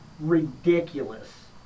ridiculous